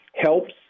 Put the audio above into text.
helps